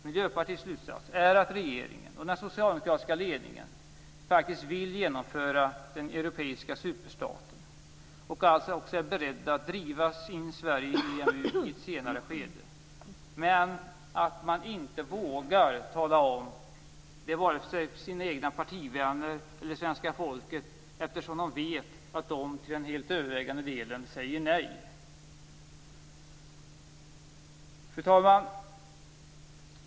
Miljöpartiets slutsats är att regeringen och den socialdemokratiska ledningen faktiskt vill genomföra den europeiska superstaten och alltså också är beredda att driva in Sverige i EMU i ett senare skede. Men man vågar inte tala om det, vare sig för sina egna partivänner eller svenska folket, eftersom man vet att den helt övervägande delen säger nej. Fru talman!